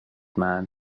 man